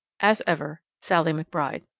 as ever, sallie mcbride.